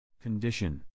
Condition